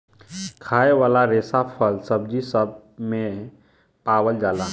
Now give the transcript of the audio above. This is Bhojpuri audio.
खाए वाला रेसा फल, सब्जी सब मे पावल जाला